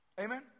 Amen